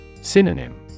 Synonym